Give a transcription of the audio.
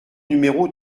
numéro